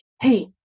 hey